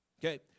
Okay